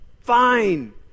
fine